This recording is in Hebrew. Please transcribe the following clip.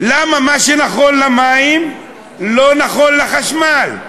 למה מה שנכון למים לא נכון לחשמל?